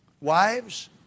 Wives